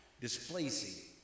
displacing